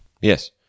Yes